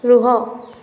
ରୁହ